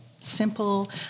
Simple